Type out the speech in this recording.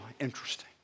interesting